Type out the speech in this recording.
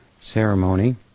ceremony